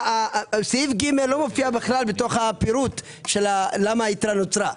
סעיף ג לא מופיע כלל בפירוט למה נוצרה היתרה.